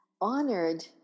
honored